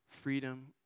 freedom